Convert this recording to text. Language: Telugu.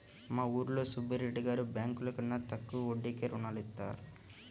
మా ఊరిలో సుబ్బిరెడ్డి గారు బ్యేంకుల కన్నా తక్కువ వడ్డీకే రుణాలనిత్తారు